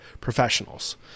professionals